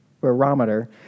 barometer